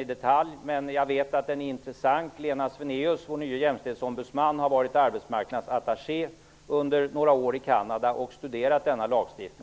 i detalj. Jag vet att den är intressant. Lena Svenaeus, vår nya jämställdhetsombudsman, har varit arbetsmarknadsattaché under några år i Canada och har studerat denna lagstiftning.